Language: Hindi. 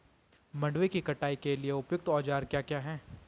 मंडवे की कटाई के लिए उपयुक्त औज़ार क्या क्या हैं?